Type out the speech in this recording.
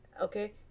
Okay